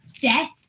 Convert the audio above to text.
Death